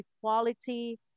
equality